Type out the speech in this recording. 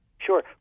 Sure